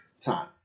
time